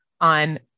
on